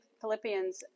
Philippians